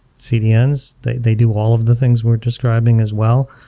cdns? they they do all of the things we're describing as well.